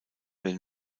den